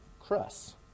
crust